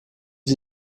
sie